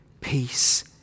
peace